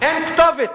אין כתובת.